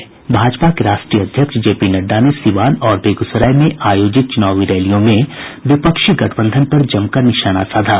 इस सिलसिले में भाजपा के राष्ट्रीय अध्यक्ष जेपी नड्डा ने सीवान और बेगूसराय में आयोजित चुनावी रैलियों में विपक्षी गठबंधन पर जमकर निशाना साधा